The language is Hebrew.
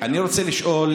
אני רוצה לשאול